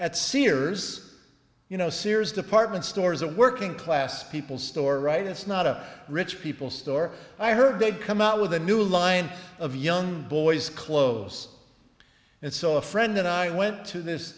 at sears you know sears department stores a working class people store right it's not a rich people store i heard they'd come out with a new line of young boy's clothes and so a friend and i went to this